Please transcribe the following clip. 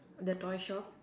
the toy shop